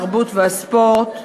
התרבות והספורט,